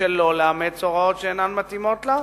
שלא לאמץ הוראות שאינן מתאימות לה,